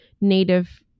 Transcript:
Native